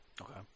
okay